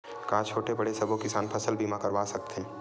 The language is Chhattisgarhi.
का छोटे बड़े सबो किसान फसल बीमा करवा सकथे?